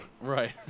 right